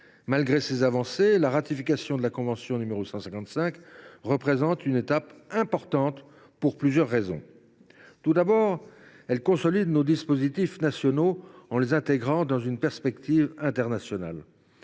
malgré ces avancées, la ratification de la convention n° 155 représente une étape importante, et ce pour plusieurs raisons. Tout d’abord, elle consolidera nos dispositifs nationaux en les intégrant dans une perspective internationale.